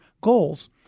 goals